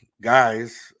guys